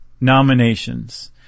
nominations